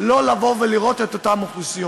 הנתונים מקוממים.